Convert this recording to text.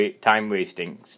time-wasting